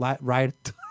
Right